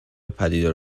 پدیدار